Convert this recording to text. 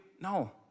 No